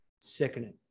Sickening